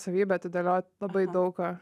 savybę atidėliot labai daug ką